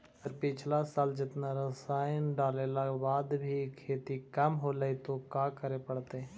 अगर पिछला साल जेतना रासायन डालेला बाद भी खेती कम होलइ तो का करे पड़तई?